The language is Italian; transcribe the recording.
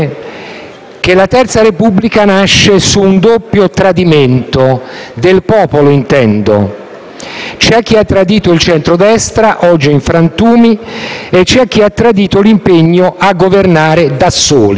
che la terza Repubblica nasce su un doppio tradimento, del popolo intendo: c'è chi ha tradito il centrodestra, oggi in frantumi, e c'è chi ha tradito l'impegno a governare da soli.